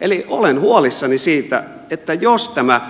eli olen huolissani siitä että jos tämä